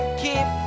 keep